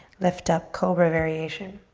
lift up, cobra variation.